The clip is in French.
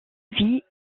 vit